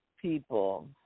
People